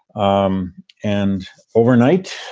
um and overnight,